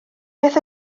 beth